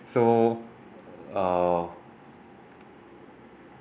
so uh